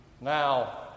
now